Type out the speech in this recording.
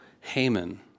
Haman